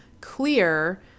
clear